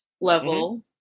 level